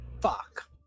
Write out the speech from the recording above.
Fuck